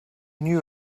knew